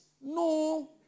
No